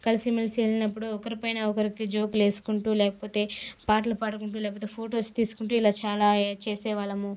కలిసిమెలిసి వెళ్ళినప్పుడు ఒకరి పైన ఒకరికి జోకులు వేసుకుంటూ లేకపోతే పాటలు పాడుకుంటూ లేపోతే ఫొటోస్ తీసుకుంటూ ఇలా చాలా చేసే వాళ్ళము